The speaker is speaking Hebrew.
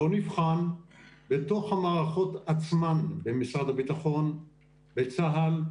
לא נבחן בתוך המערכות עצמן במשרד הביטחון, בצה"ל,